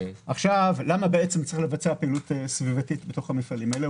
למה בעצם צריך לבצע פעילות סביבתית בתוך המפעלים האלה?